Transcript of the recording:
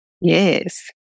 Yes